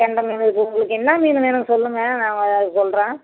கெண்டை மீன் இருக்குது உங்களுக்கு என்ன மீன் வேணும் சொல்லுங்கள் நாங்கள் அதுக்கு சொல்கிறேன்